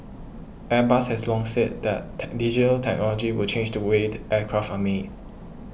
Airbus has long said that tech digital technology will change the way the aircraft are made